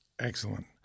Excellent